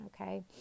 okay